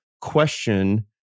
question